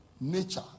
nature